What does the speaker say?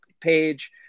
page